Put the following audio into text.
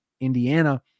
Indiana